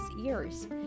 ears